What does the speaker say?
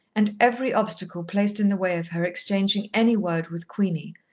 and every obstacle placed in the way of her exchanging any word with queenie,